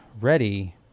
ready